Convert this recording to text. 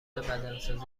بدنسازی